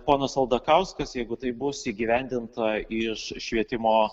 ponas aldakauskas jeigu tai bus įgyvendinta iš švietimo